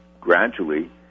gradually